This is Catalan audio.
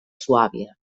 suàbia